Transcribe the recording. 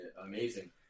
amazing